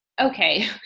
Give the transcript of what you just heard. okay